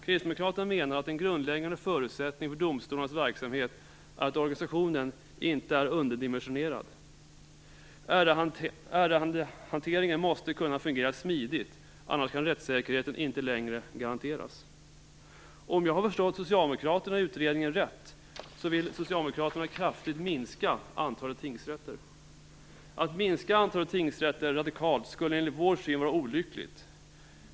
Kristdemokraterna menar att en grundläggande förutsättning för domstolarnas verksamhet är att organisationen inte är underdimensionerad. Ärendehanteringen måste kunna fungera smidigt, annars kan rättssäkerheten inte längre garanteras. Om jag har förstått socialdemokraterna i utredningen rätt, vill de kraftigt minska antalet tingsrätter. Att minska antalet tingsrätter radikalt skulle enligt vår syn vara olyckligt.